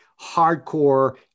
hardcore